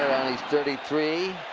thirty three.